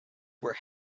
were